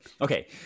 Okay